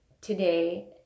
today